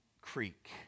creek